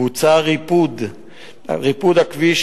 בוצע ריבוד הכביש,